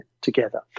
together